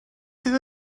sydd